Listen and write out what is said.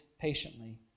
patiently